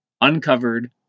uncovered